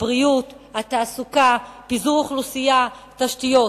הבריאות, התעסוקה, פיזור האוכלוסייה, התשתיות.